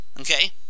okay